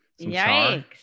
Yikes